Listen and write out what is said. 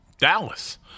Dallas